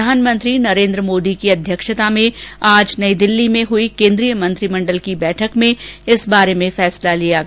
प्रधानमंत्री नरेन्द्र मोदी की अध्यक्षता में आज नई दिल्ली में हुई केन्द्रीय मंत्रिमण्डल की बैठक में इस बारे में फैसला लिया गया